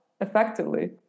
effectively